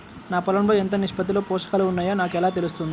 నా పొలం లో ఎంత నిష్పత్తిలో పోషకాలు వున్నాయో నాకు ఎలా తెలుస్తుంది?